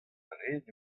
ret